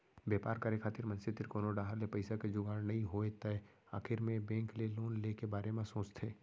बेपार करे खातिर मनसे तीर कोनो डाहर ले पइसा के जुगाड़ नइ होय तै आखिर मे बेंक ले लोन ले के बारे म सोचथें